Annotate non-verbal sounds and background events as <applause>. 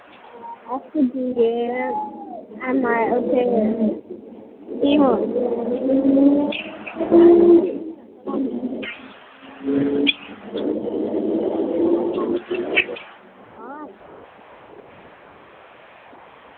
<unintelligible>